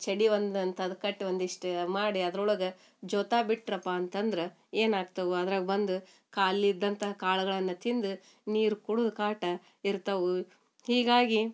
ಚಡಿವೊಂದಂಥ ಅದು ಕಟ್ ಒಂದಿಷ್ಟು ಮಾಡಿ ಅದ್ರೊಳಗೆ ಜೋತಾ ಬಿಟ್ರಪ್ಪಾ ಅಂತಂದ್ರೆ ಏನಾಗ್ತವು ಅದ್ರಾಗ ಬಂದು ಖಾಲಿ ಇದ್ದಂಥ ಕಾಳ್ಗಳನ್ನು ತಿಂದು ನೀರು ಕುಡಿದು ಕಾಟ ಇರ್ತವು ಹೀಗಾಗಿ